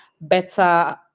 better